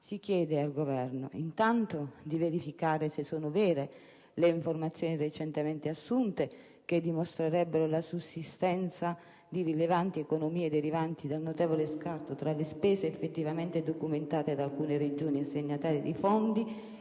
si chiede al Governo intanto di verificare se sono vere le informazioni recentemente assunte che dimostrerebbero la sussistenza di rilevanti economie derivanti dal notevole scarto tra le spese effettivamente documentate da alcune Regioni assegnatarie di fondi